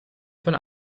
von